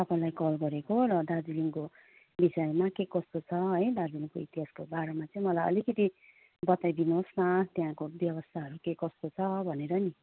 तपाईँलाई कल गरेको र दार्जिलिङको विषयमा के कस्तो छ है दार्जिलिङको इतिहासको बारेमा चाहिँ मलाई अलिकति बताइदिनु होस् न त्यहाँको व्यवस्थाहरू के कस्तो छ भनेर नि